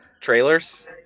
Trailers